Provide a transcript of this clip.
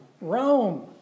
Rome